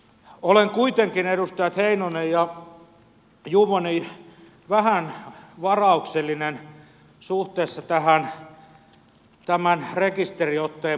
olen kuitenkin edustajat heinonen ja juvonen vähän varauksellinen suhteessa tämän rekisteriotteen pakollisuuteen